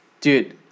Dude